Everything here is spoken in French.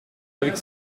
avec